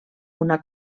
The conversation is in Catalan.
una